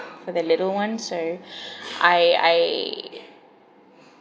for the little one so I I